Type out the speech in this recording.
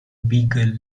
beagle